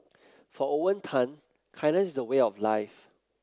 for Owen Tan kindness is a way of life